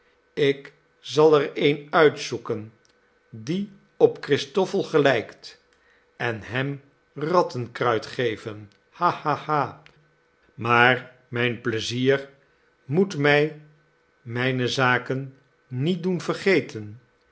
ik zal er een uitzoeken die op christoffel gelijkt en hem rattenkruit geven ha ha ha maar mijn pleizier moet mij mijne zaken niet doen vergeten